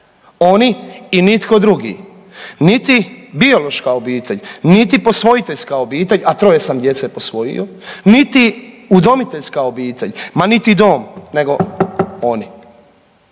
on i nitko drugi. Niti biološka obitelj, niti posvojiteljska obitelj, a troje sam djece posvojio, niti udomiteljska obitelj, ma niti dom nego oni.